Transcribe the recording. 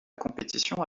compétition